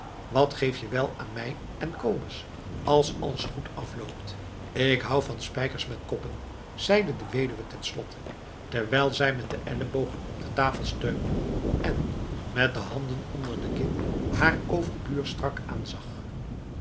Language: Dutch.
wat geef je wel aan mij en kobus als alles goed afloopt ik hou van spijkers met koppen zeide de weduwe ten slotte terwijl zij met de ellebogen op de tafel steunde en met de handen onder de kin haar overbuur strak aanzag